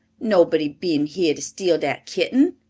nobody been heah to steal dat kitten,